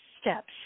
steps